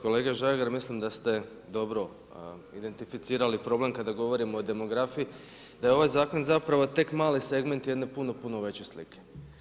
Kolega Žagar mislim da ste dobro identificirali problem kada govorimo o demografiji, da je ovaj zakon zapravo tek mali segment jedne puno, puno veće slike.